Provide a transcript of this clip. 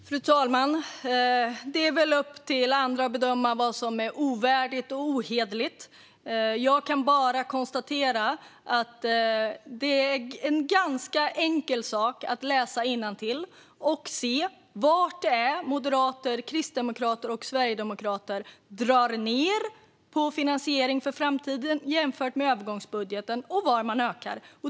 Fru talman! Det är upp till andra att bedöma vad som är ovärdigt och ohederligt. Jag konstaterar dock att det är enkelt att läsa innantill och se var Moderaterna, Kristdemokraterna och Sverigedemokraterna drar ned på finansieringen för framtiden jämfört med övergångsbudgeten och var de ökar.